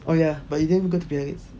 oh ya but we didn't go to biarritz